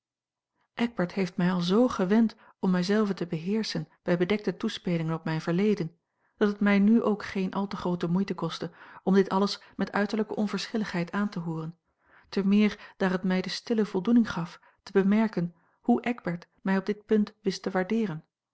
eckbert heeft mij al z gewend om mij zelve te beheerschen a l g bosboom-toussaint langs een omweg bij bedekte toespelingen op mijn verleden dat het mij nu ook geene al te groote moeite kostte om dit alles met uiterlijke onverschilligheid aan te hooren te meer daar het mij de stille voldoening gaf te bemerken hoe eckbert mij op dit punt wist te waardeeren